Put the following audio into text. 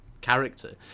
character